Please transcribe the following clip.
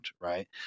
right